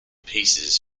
pieces